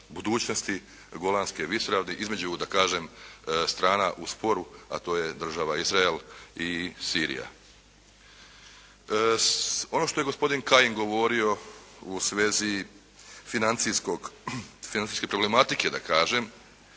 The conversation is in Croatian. budućnosti Golanske visoravni između da kažem strana u sporu, a to je država Izrael i Sirija. Ono što je gospodin Kajin govorio u svezi financijskog, financijske problematike da kažem